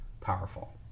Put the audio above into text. powerful